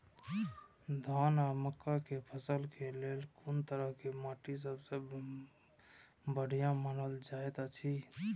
धान आ मक्का के फसल के लेल कुन तरह के माटी सबसे बढ़िया मानल जाऐत अछि?